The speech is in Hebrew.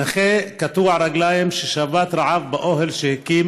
נכה קטוע רגליים ששבת רעב באוהל שהקים